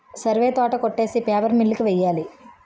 సరివే తోట కొట్టేసి paper mill కి వెయ్యాలి